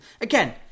again